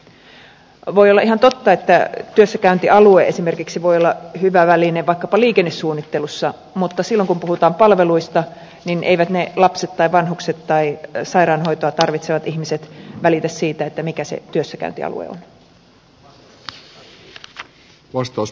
voi olla ihan totta että työssäkäyntialue esimerkiksi voi olla hyvä väline vaikkapa liikennesuunnittelussa mutta silloin kun puhutaan palveluista eivät ne lapset tai vanhukset tai sairaanhoitoa tarvitsevat ihmiset välitä siitä mikä se työssäkäyntialue on